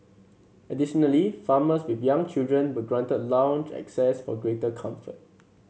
additionally farmers with young children were granted lounge access for greater comfort